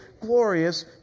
glorious